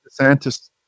DeSantis